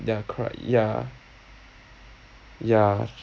their cry ya ya